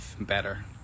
better